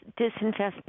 disinvestment